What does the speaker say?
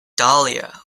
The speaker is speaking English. dahlia